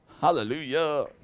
Hallelujah